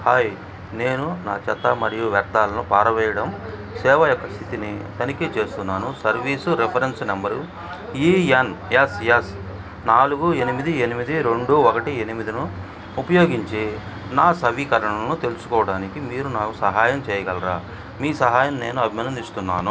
hi నేను నా చెత్త మరియు వ్యర్థాలను పారవేయడం సేవ యొక్క స్థితిని తనిఖీ చేస్తున్నాను సర్వీస్ రిఫరెన్స్ నంబర్ ఈఎన్ఎస్ఎస్ నాలుగు ఎనిమిది ఎనిమిది రెండు ఒకటి ఎనిమిదిను ఉపయోగించి నా నవీకరణలను తెలుసుకోవడానికి మీరు నాకు సహాయం చేయగలరా మీ సహాయం నేను అభినందిస్తున్నాను